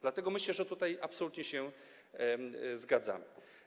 Dlatego myślę, że tutaj absolutnie się zgadzamy.